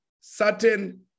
certain